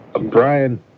Brian